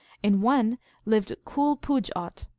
in one lived cool-puj-ot,